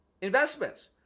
investments